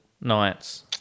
Nights